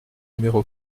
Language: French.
numéro